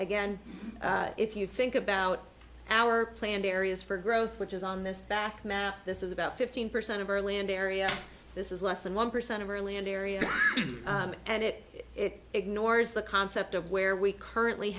again if you think about our planned areas for growth which is on this back this is about fifteen percent of our land area this is less than one percent of our land area and it it ignores the concept of where we currently